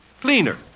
Cleaner